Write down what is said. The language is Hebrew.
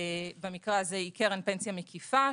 במקרה הזה היא קרן פנסיה מקיפה.